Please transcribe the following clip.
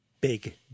big